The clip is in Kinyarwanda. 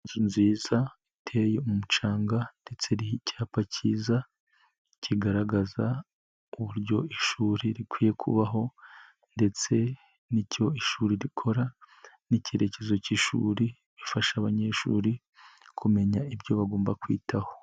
Inziza iteye umucanga ndetse n'icyapa kicyiza kigaragaza uburyo ishuri rikwiye kubaho ndetse n'icyo ishuri rikora, n'icyerekezo cy'ishuri rifasha abanyeshuri kumenya ibyo bagomba kwitaho.